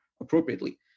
appropriately